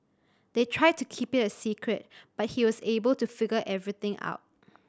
they tried to keep it a secret but he was able to figure everything out